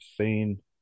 seen